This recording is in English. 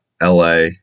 LA